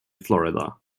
florida